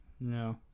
No